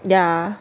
yeah